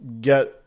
get